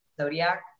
Zodiac